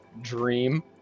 dream